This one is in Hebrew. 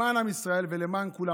למען עם ישראל ולמען כולם,